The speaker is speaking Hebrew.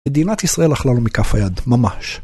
מדינת ישראל אכלה לו מכף היד, ממש.